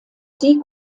sie